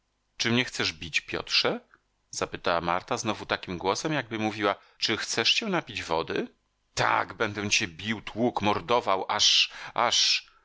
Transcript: czy mnie chcesz bić piotrze zapytała marta znowu takim głosem jakby mówiła czy chcesz się napić wody tak będę cię bił tłukł mordował aż aż